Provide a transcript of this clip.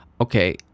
Okay